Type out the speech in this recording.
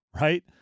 right